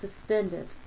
suspended